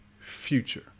future